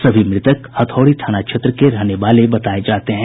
सभी मृतक हथौड़ी थाना क्षेत्र के रहने वाले बताये जाते हैं